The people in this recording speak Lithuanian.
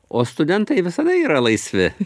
o studentai visada yra laisvi